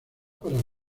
para